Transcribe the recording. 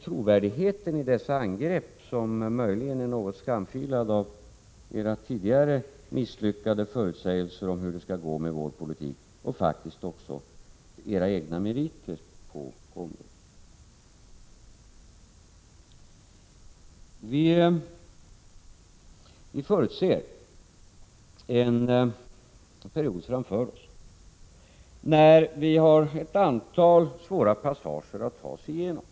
Trovärdigheten i dessa angrepp är möjligen något skamfilad på grund av era tidigare misslyckade förutsägelser om hur det skulle gå med vår politik och på grund av era egna meriter på området. Vi förutser en period framöver när vi kommer att ha ett antal svåra passager att ta oss igenom.